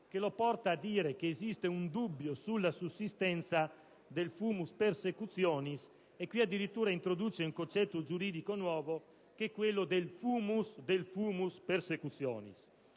che lo porta a dire che esiste un dubbio sulla sussistenza del *fumus persecutionis.* E qui addirittura introduce un concetto giuridico nuovo: quello del *fumus* del *fumus*